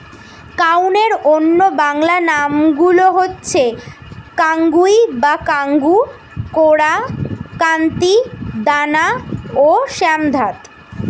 কাউনের অন্য বাংলা নামগুলো হচ্ছে কাঙ্গুই বা কাঙ্গু, কোরা, কান্তি, দানা ও শ্যামধাত